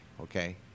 okay